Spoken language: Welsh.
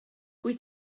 wyt